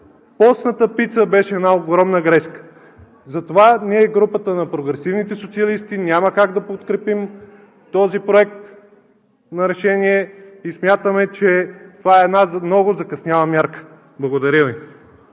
постната пица беше една огромна грешка. Затова ние, групата на прогресивните социалисти, няма как да подкрепим този проект и смятаме, че това е една много закъсняла мярка. Благодаря Ви.